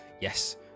Yes